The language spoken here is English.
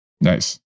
Nice